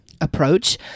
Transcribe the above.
approach